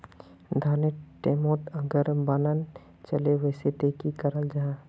धानेर टैमोत अगर बान चले वसे ते की कराल जहा?